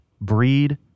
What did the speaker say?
breed